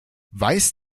weiss